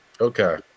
Okay